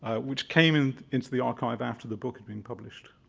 ah which came and into the archive after the book had been published.